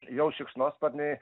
jau šikšnosparniai